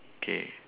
okay